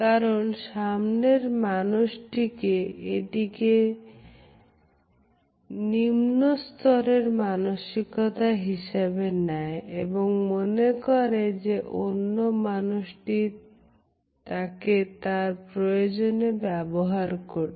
কারন সামনের মানুষটি এটিকে নিম্নস্তরের মানসিকতা হিসেবে নেয় এবং মনে করে যে অন্য মানুষটি তাকে তার প্রয়োজনে ব্যবহার করছে